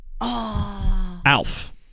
Alf